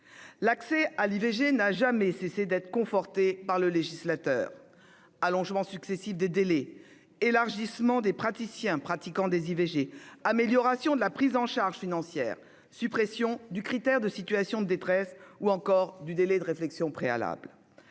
L'accès à l'IVG n'a jamais cessé d'être conforté par le législateur : allongements successifs des délais, élargissement des praticiens pratiquant des IVG, amélioration de la prise en charge financière, suppression du critère de « situation de détresse » ou encore du délai de réflexion préalable.